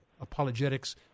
Apologetics